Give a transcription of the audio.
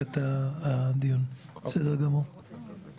בסדר גמור.